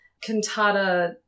cantata